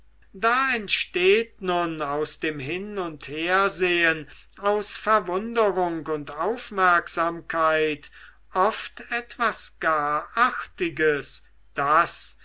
da entsteht nun aus dem hin und hersehen aus verwunderung und aufmerksamkeit oft etwas gar artiges das